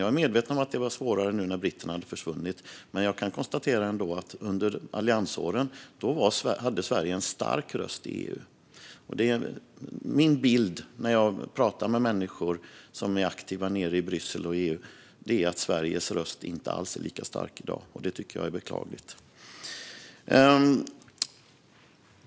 Jag är medveten om att det var svårare nu när britterna hade försvunnit, men jag kan ändå konstatera att Sverige hade en stark röst i EU under alliansåren. Min bild när jag pratar med människor som är aktiva nere i Bryssel och EU är att Sveriges röst inte är alls lika stark i dag, och det tycker jag är beklagligt.